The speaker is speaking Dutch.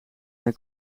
zijn